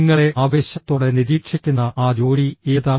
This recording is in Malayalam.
നിങ്ങളെ ആവേശത്തോടെ നിരീക്ഷിക്കുന്ന ആ ജോലി ഏതാണ്